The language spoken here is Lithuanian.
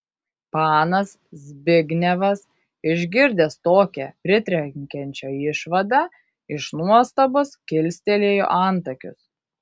panas zbignevas išgirdęs tokią pritrenkiančią išvadą iš nuostabos kilstelėjo antakius